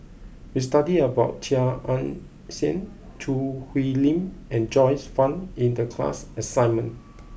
we studied about Chia Ann Siang Choo Hwee Lim and Joyce Fan in the class assignment